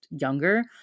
younger